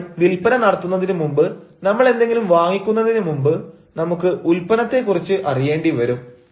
നമ്മൾ വില്പന നടത്തുന്നതിന് മുമ്പ് നമ്മൾ എന്തെങ്കിലും വാങ്ങിക്കുന്നതിന് മുമ്പ് നമുക്ക് ഉൽപ്പന്നത്തെ കുറിച്ച് അറിയേണ്ടി വരും